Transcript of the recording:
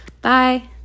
Bye